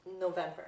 November